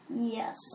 Yes